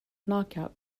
knockout